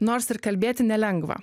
nors ir kalbėti nelengva